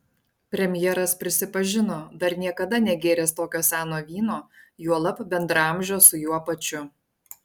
premjeras prisipažino dar niekada negėręs tokio seno vyno juolab bendraamžio su juo pačiu